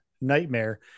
nightmare